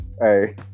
Hey